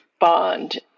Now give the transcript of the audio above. bond